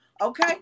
okay